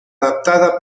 adaptada